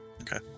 okay